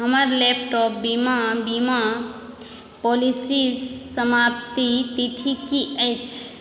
हमर लैपटॉप बीमा बीमा पॉलिसी समाप्ति तिथि की अछि